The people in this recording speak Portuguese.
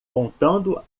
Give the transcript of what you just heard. contando